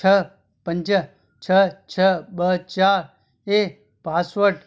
छह पंज छह छह ॿ चार ऐं पासवर्ड